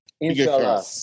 Inshallah